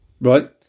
Right